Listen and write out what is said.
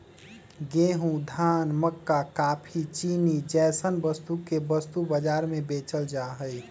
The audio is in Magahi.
गेंहूं, धान, मक्का काफी, चीनी जैसन वस्तु के वस्तु बाजार में बेचल जा हई